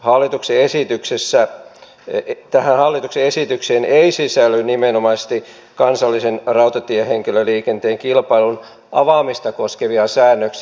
itse asiassa tähän hallituksen esitykseen ei sisälly nimenomaisesti kansallisen rautatiehenkilöliikenteen kilpailun avaamista koskevia säännöksiä